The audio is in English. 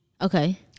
Okay